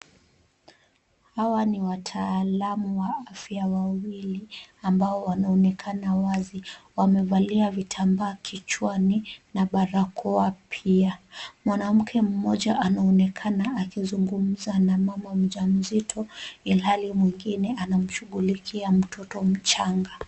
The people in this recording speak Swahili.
Hawa ni wataalamu wa afya wawili ambao wanaonekana wazi. Wamevalia vitambaa kichwani na barakoa pia. Mwanamke mmoja anaonekana akizungumza na mama mjamzito, ilhali mwingine anamshughulikia mtoto mchanga.